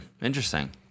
Interesting